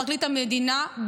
פרקליט המדינה,